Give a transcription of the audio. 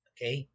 Okay